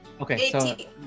Okay